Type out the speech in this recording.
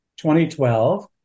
2012